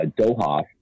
Doha